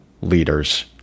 leaders